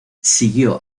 siguió